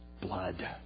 blood